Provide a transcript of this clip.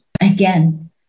again